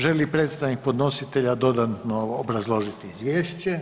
Želi li predstavnik podnositelja dodatno obrazložiti izvješće?